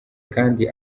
kandi